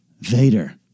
Vader